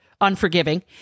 unforgiving